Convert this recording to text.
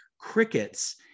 crickets